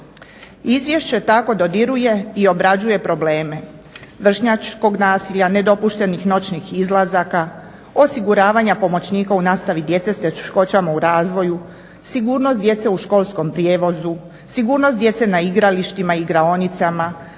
Izvješće tako dodiruje i obrađuje probleme vršnjačkog nasilja, nedopuštenih noćnih izlazaka, osiguravanja pomoćnika u nastavi djece s teškoćama u razvoju, sigurnost djece u školskom prijevozu, sigurnost djece na igralištima i igraonicama,